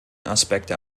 aspekte